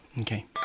Okay